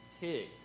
pigs